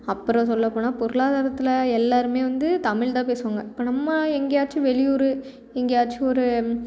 அப்புறம் சொல்லப் போனால் பொருளாதாரத்தில் எல்லாருமே வந்து தமிழ் தான் பேசுவாங்க இப்போ நம்ம எங்கேயாச்சும் வெளியூர் எங்கேயாச்சும் ஒரு